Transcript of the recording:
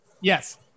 Yes